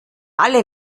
alle